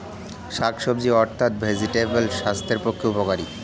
শাকসবজি অর্থাৎ ভেজিটেবল স্বাস্থ্যের পক্ষে উপকারী